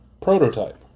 prototype